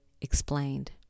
explained